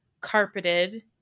carpeted